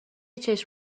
چشم